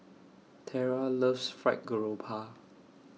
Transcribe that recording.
Tera loves Fried Garoupa